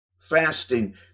fasting